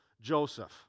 Joseph